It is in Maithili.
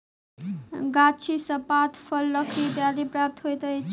गाछी सॅ पात, फल, लकड़ी इत्यादि प्राप्त होइत अछि